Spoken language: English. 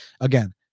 Again